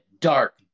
dark